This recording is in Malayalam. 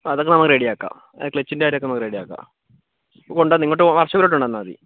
അതൊക്കെ നമുക്ക് റെഡിയാക്കാം ക്ലച്ചിൻ്റെ കാര്യമൊക്കെ നമുക്ക് റെഡിയാക്കാം കൊണ്ട് വന്ന് വർഷോപ്പിലോട്ട് കൊണ്ട് വന്നാൽ മതി